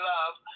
Love